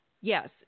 yes